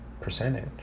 percentage